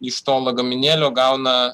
iš to lagaminėlio gauna